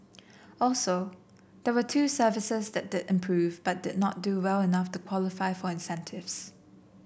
also there were two services that did improve but did not do well enough to qualify for incentives